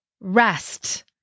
rest